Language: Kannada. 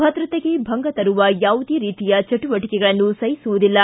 ಭದ್ರತೆಗೆ ಭಂಗ ತರುವ ಯಾವುದೇ ರೀತಿಯ ಚಟುವಟಿಕೆಗಳನ್ನು ಸಹಿಸುವುದಿಲ್ಲ